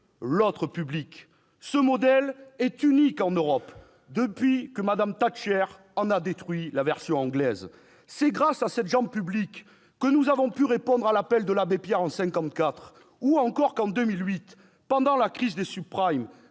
l'autre publique. Ce modèle est unique en Europe, depuis que Mme Thatcher en a détruit la version anglaise. C'est grâce à cette jambe publique que nous avons pu répondre à l'appel de l'abbé Pierre en 1954, ou encore qu'en 2008, pendant la crise des, près